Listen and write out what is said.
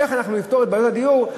איך אנחנו נפתור את בעיות הדיור,